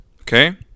Okay